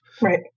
Right